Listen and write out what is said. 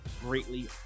greatly